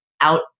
out